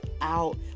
out